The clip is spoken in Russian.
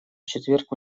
четверг